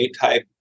type